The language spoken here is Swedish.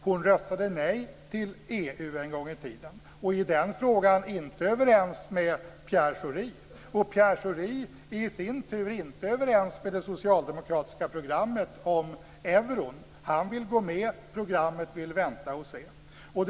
Hon röstade nej till EU en gång i tiden och är i den frågan inte överens med Pierre Schori. Pierre Schori är i sin tur inte överens med det socialdemokratiska programmet om euron. Han vill gå med. Programmet vill vänta och se.